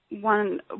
one